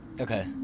okay